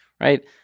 right